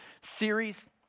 series